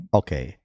okay